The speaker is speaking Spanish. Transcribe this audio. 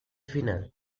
final